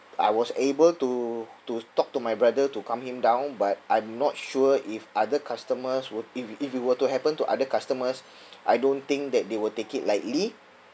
I was able to to talk to my brother to calm him down but I'm not sure if other customers would if if you were to happen to other customers I don't think that they will take it lightly